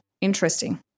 Interesting